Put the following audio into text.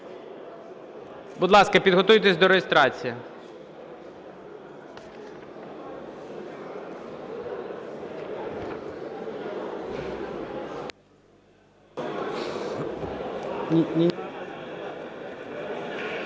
Будь ласка, підготуйтесь до реєстрації.